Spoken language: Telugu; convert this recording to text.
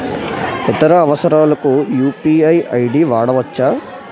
ఇతర అవసరాలకు యు.పి.ఐ ఐ.డి వాడవచ్చా?